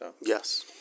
Yes